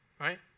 Right